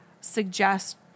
suggest